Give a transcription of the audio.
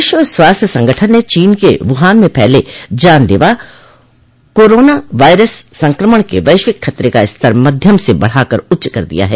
विश्व स्वास्थ्य संगठन ने चीन के वुहान में फैले जान लेवा कोरोना वायरस सक्रमण के वैश्विक खतरे का स्तर मध्यम से बढ़ाकर उच्च कर दिया है